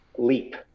leap